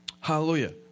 Hallelujah